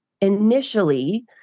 initially